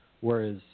whereas